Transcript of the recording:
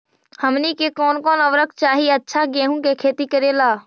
हमनी के कौन कौन उर्वरक चाही अच्छा गेंहू के खेती करेला?